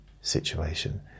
situation